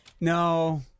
No